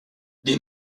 des